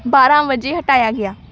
ਬਾਰ੍ਹਾਂ ਵਜੇ ਹਟਾਇਆ ਗਿਆ